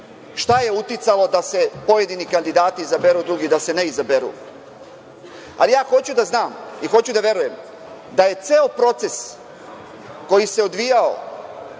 šta je uticalo da se pojedini kandidati izaberu i da se drugi ne izaberu. Ja hoću da znam i hoću da verujem da je ceo proces, koji se odvijao